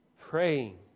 praying